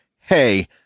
hey